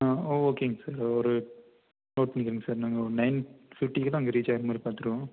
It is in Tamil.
ஆ ஓ ஓகேங்க சார் ஒரு ஓகேங்கங்க சார் நாங்கள் ஒரு நைன் ஃபிஃப்ட்டிக்குலாம் அங்கே ரீச் ஆய்றமாதிரி பார்த்துருவோம்